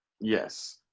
Yes